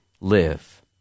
live